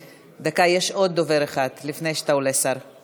דקה, יש עוד דובר אחד לפני שאתה עולה, השר.